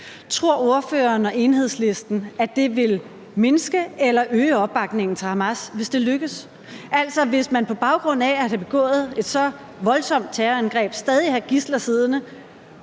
Tror ordføreren og Enhedslisten, at det vil mindske eller øge opbakningen til Hamas, hvis det lykkes? Hvis man på baggrund af at have begået et så voldsomt terrorangreb stadig har gidsler siddende